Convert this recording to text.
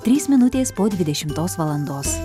trys minutės po dvidešimtos valandos